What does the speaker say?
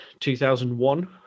2001